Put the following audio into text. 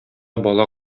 бала